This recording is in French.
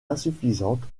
insuffisante